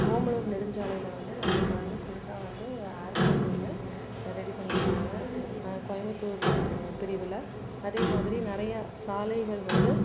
ஓமலூர் நெடுஞ்சாலையில் வந்து நம்மளுக்கு வந்து புதுசாக வந்து ஏர்போட் ஒன்று ரெடி பண்ணிகிட்டு வராங்க கோயமுத்தூர் பிரிவில் அதேமாதிரி நிறைய சாலைகள் வந்து